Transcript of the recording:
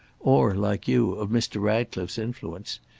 or, like you, of mr. ratcliffe's influence.